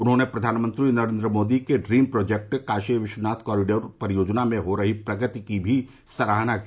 उन्होंने प्रधानमंत्री नरेन्द्र मोदी के dream project Kashi Vishwanath corridor परियोजना में हो रही प्रगति की भी सराहना की